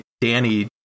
Danny